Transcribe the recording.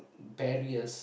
barriers